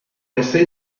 messe